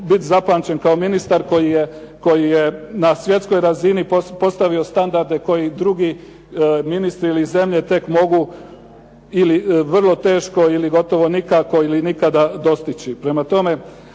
bit zapamćen kao ministar koji je na svjetskoj razini postavio standarde koji drugi ministri ili zemlje tek mogu ili vrlo teško ili gotovo nikako ili nikada dostići. Prema tome,